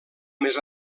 més